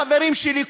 החברים שלי,